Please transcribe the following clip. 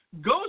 go